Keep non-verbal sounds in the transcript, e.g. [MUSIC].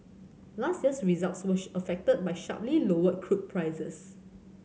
last year's results were [UNINTELLIGIBLE] affected by sharply lower crude prices